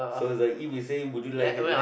so is like it will say would you like has I like